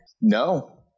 No